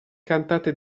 cantate